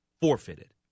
forfeited